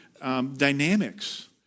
dynamics